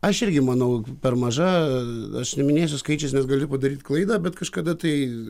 aš irgi manau per maža aš neminėsiu skaičiais nes galiu padaryt klaidą bet kažkada tai